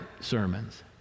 sermons